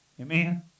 Amen